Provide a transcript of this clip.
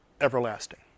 Everlasting